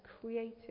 creative